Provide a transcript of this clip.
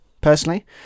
personally